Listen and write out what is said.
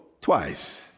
twice